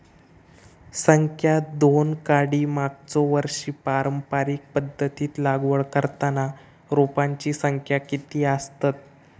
संख्या दोन काडी मागचो वर्षी पारंपरिक पध्दतीत लागवड करताना रोपांची संख्या किती आसतत?